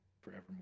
forevermore